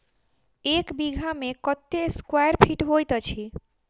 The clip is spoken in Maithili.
एक बीघा मे कत्ते स्क्वायर फीट होइत अछि?